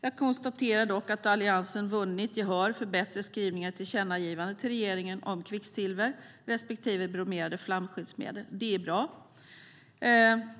Jag konstaterar dock att Alliansen har vunnit gehör för bättre skrivningar i tillkännagivanden till regeringen om kvicksilver respektive bromerade flamskyddsmedel. Det är bra.